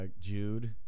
Jude